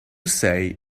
say